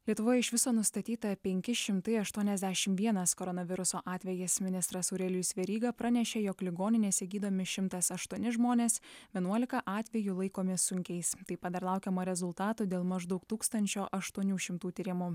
lietuvoj iš viso nustatyta penki šimtai aštuoniasdešimt vienas koronaviruso atvejis ministras aurelijus veryga pranešė jog ligoninėse gydomi šimtas aštuoni žmonės vienuolika atvejų laikomi sunkiais taip pat dar laukiama rezultatų dėl maždaug tūkstančio aštuonių šimtų tyrimų